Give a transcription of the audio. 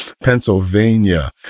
Pennsylvania